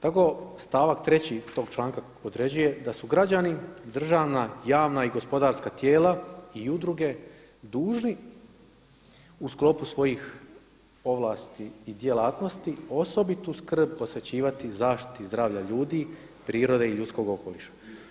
Tako stavak treći tog članka određuje da su građani državna, javna i gospodarska tijela i udruge dužni u sklopu svojih ovlasti i djelatnosti osobitu skrb posvećivati zaštiti zdravlja ljudi, prirode i ljudskog okoliša.